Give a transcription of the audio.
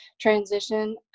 transition